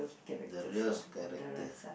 the real character